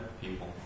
people